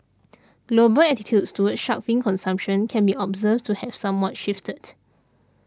global attitudes towards shark fin consumption can be observed to have somewhat shifted